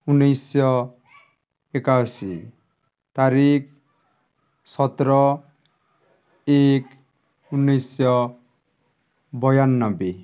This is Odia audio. ଉନେଇଶି ଶହ ଏକାଅଶୀ ତାରିିଖ ସତର ଏକ ଉନେଇଶି ଶହ ବୟାନବେ